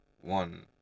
one